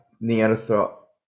Neanderthal